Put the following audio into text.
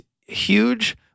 huge